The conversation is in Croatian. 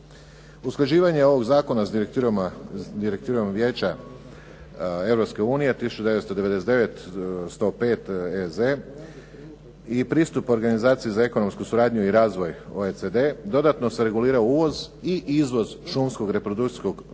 Usklađivanje ovog zakona s direktivama Vijeća Europske unije 1999/105 EZ i pristup organizaciji za ekonomsku suradnju i razvoj OECD dodatno se regulira uvoz i izvoz šumskog reprodukcijskog